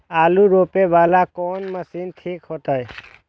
आलू रोपे वाला कोन मशीन ठीक होते?